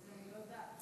וזה אני לא יודעת.